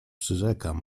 przyrzekam